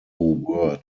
word